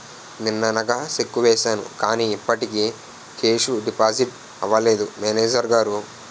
నిన్ననగా చెక్కు వేసాను కానీ ఇప్పటికి కేషు డిపాజిట్ అవలేదు మేనేజరు గారు